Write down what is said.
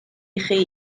chi